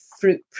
fruit